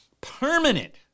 Permanent